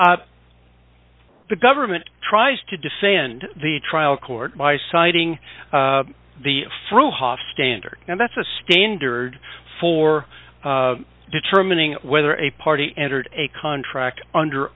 the government tries to defend the trial court by citing the fruit hof standard and that's a standard for determining whether a party entered a contract under